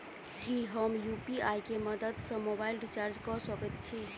की हम U P मदद सँ मोबाइल रीचार्ज कऽ सकैत छी?